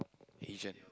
adhesion